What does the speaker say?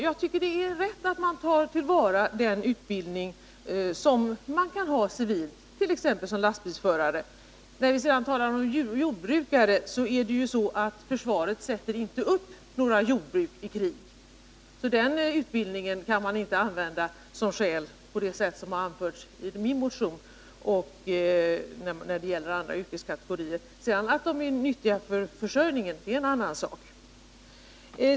Jag tycker det är rätt att man tar vara på den civila utbildning som värnpliktiga kan ha, t.ex. som lastbilsförare. Vad beträffar jordbrukare är det så, att försvaret inte sätter upp några jordbruk i krig, så den utbildningen kan man inte använda som skäl på det sätt jag gjort i min motion när det gäller andra yrkeskategorier. Att jordbrukare är viktiga för försörjningen är en annan sak.